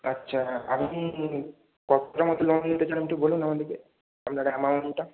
আচ্ছা আপনি কতটা মতো লোন নিতে চান একটু বলুন আমাদেরকে আপনার অ্যামাউন্টটা